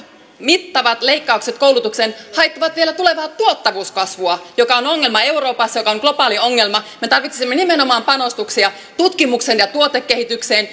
mittavat leikkaukset koulutukseen haittaavat vielä tulevaa tuottavuuskasvua mikä on ongelma euroopassa mikä on globaali ongelma me tarvitsisimme nimenomaan panostuksia tutkimukseen ja tuotekehitykseen